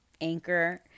Anchor